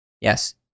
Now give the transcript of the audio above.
Yes